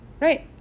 Right